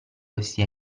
questi